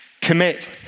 commit